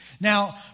Now